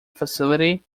facility